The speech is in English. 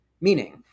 meaning